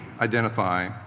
identify